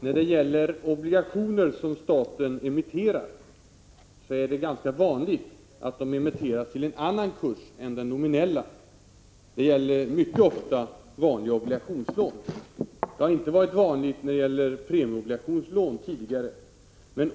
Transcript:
Fru talman! När staten emitterar obligationer är det ganska vanligt att de emitteras till en annan kurs än den nominella. Det gäller mycket ofta vanliga obligationslån. Det har inte varit vanligt tidigare i fråga om premieobligationslån.